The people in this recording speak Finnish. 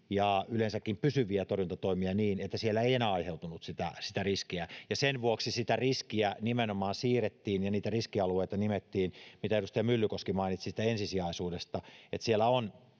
ja yleensäkin pysyviä torjuntatoimia tehty niin että siellä ei enää aiheutunut sitä sitä riskiä sen vuoksi sitä riskiä nimenomaan siirrettiin ja niitä riskialueita nimettiin mitä edustaja myllykoski mainitsi siitä ensisijaisuudesta että siellä on